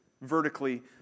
vertically